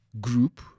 Group